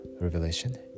revelation